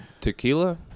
tequila